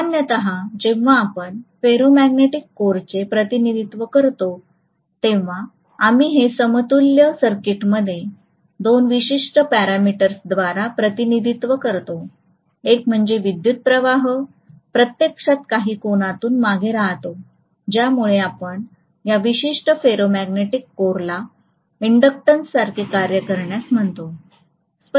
सामान्यत जेव्हा आपण फेरोमॅग्नेटिक कोरचे प्रतिनिधित्व करतो तेव्हा आम्ही त्याचे समतुल्य सर्किटमध्ये दोन विशिष्ट पॅरामीटर्सद्वारे प्रतिनिधित्व करतो एक म्हणजे विद्युत् प्रवाह प्रत्यक्षात काही कोनातून मागे राहतो ज्यामुळे आपण या विशिष्ट फेरोमॅग्नेटिक कोरला इंडक्टंन्ससारखे कार्य करण्यास म्हणतो